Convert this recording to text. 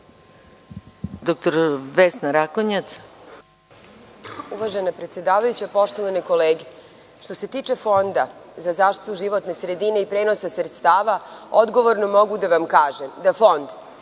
**Vesna Rakonjac** Uvažena predsedavajuća, poštovane kolege, što se tiče Fonda za zaštitu životne sredine i prenosa sredstava, odgovorno mogu da vam kažem da Fond